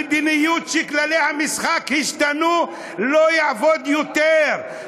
המדיניות שכללי המשחק השתנו, לא יעבוד יותר.